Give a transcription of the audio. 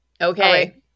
Okay